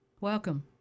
Welcome